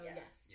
yes